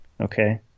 okay